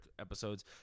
episodes